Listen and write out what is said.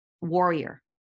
warrior